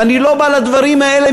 ואני לא בא לדברים האלה,